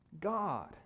god